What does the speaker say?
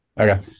Okay